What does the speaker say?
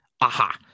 Aha